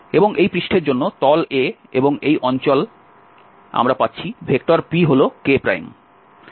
এবং এই পৃষ্ঠের জন্য তল A এবং এই অঞ্চল আমরা পাচ্ছি p হল k